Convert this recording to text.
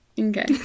Okay